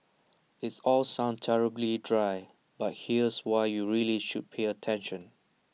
it's all sounds terribly dry but here's why you really should pay attention